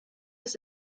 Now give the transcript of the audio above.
ist